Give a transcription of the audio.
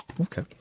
Okay